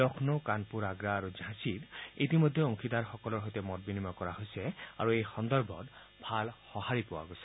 লফ্লৌ কানপুৰ আগ্ৰা আৰু ঝাঞ্চিত ইতিমধ্যে অংশীদাৰসকলৰ সৈতে মত বিনিময় কৰা হৈছে আৰু এই সন্দৰ্ভত ভাল সহাৰি পোৱা গৈছে